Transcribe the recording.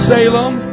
Salem